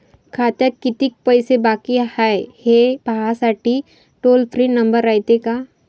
खात्यात कितीक पैसे बाकी हाय, हे पाहासाठी टोल फ्री नंबर रायते का?